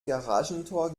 garagentor